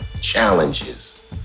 challenges